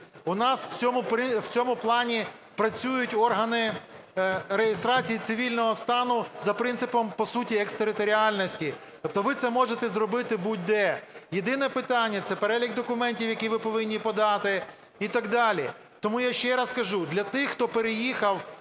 У нас в цьому плані працюють органи реєстрації цивільного стану за принципом, по суті, екстериторіальності, тобто ви це можете зробити будь-де. Єдине питання – це перелік документів, які ви повинні подати і так далі. Тому я ще раз кажу, для тих, хто переїхав